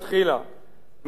מטרת יישוב הארץ,